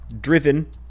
driven